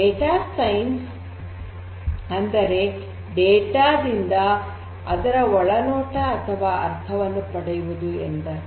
data science ಅಂದರೆ data ದಿಂದ ಅದರ ಒಳನೋಟ ಅಥವಾ ಅರ್ಥವನ್ನು ಪಡೆಯುವುದು ಎಂದರ್ಥ